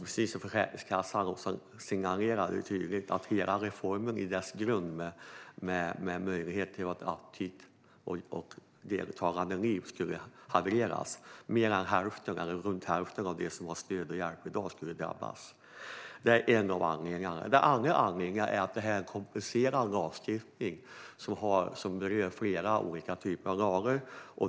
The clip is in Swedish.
Precis som Försäkringskassan tydligt signalerade skulle hela reformen, med möjlighet till ett aktivt och deltagande liv, havereras i grunden. Runt hälften av dem som i dag har stöd och hjälp skulle drabbas. Det är en av anledningarna. Den andra anledningen är att detta är en komplicerad lagstiftning som berör flera olika typer av lagar.